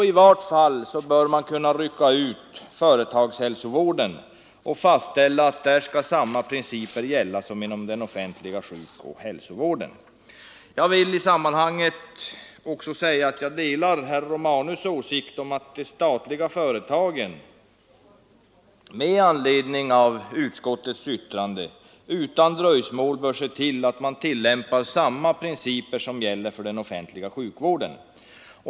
I varje fall bör man kunna rycka ut företagshälsovården och fastställa att där skall samma principer gälla som inom den offentliga sjukoch hälsovården. Jag vill i detta sammanhang också säga att jag delar herr Romanus” åsikt att de statliga företagen med anledning av utskottets yttrande utan dröjsmål bör se till att man tillämpar samma principer som gäller för den offentliga sjukvården.